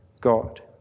God